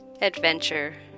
adventure